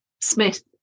Smith